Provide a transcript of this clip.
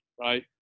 right